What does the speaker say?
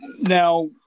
now